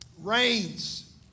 Rains